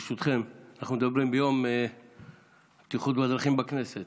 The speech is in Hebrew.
ברשותכם, אנחנו מדברים ביום הבטיחות בדרכים בכנסת.